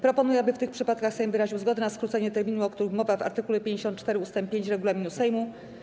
Proponuję, aby w tych przypadkach Sejm wyraził zgodę na skrócenie terminu, o którym mowa w art. 54 ust. 5 regulaminu Sejmu.